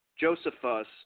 Josephus